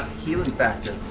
healing factor.